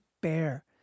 bear